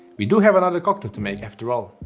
we do have another cocktail to make after all.